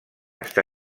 està